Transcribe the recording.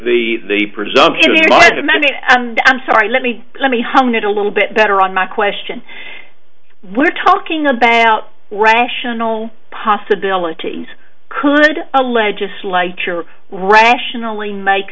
ke the presumption demanded and i'm sorry let me let me hung it a little bit better on my question we're talking about rational possibility could a legislature rationally make